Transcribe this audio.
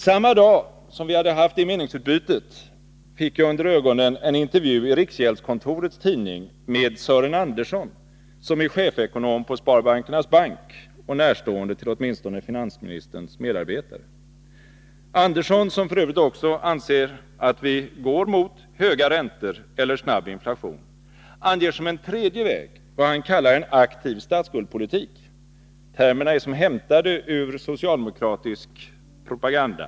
Samma dag som vi hade haft det meningsutbytet fick jag under ögonen en intervju i riksgäldskontorets tidning med Sören Andersson, som är chefekonom på Sparbankernas Bank och närstående åtminstone finansministerns medarbetare. Sören Andersson, som f. ö. också anser att vi går mot höga räntor eller snabb inflation, anger som en tredje väg vad han kallar en aktiv statsskuldpolitik. Termerna är som hämtade ur socialdemokratisk propaganda.